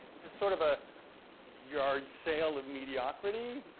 this is sort of a yard sale of mediocrity.